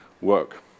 work